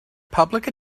public